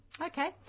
Okay